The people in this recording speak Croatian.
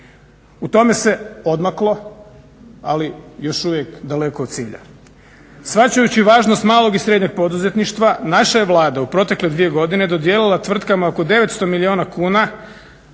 U tome se odmaklo, ali još uvijek daleko od cilja. Shvaćajući važnost malog i srednjeg poduzetništva naša je Vlada u protekle dvije godine dodijelila tvrtkama oko 900 milijuna kuna